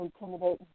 intimidate